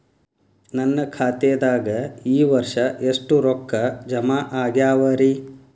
ನನ್ನ ಖಾತೆದಾಗ ಈ ವರ್ಷ ಎಷ್ಟು ರೊಕ್ಕ ಜಮಾ ಆಗ್ಯಾವರಿ?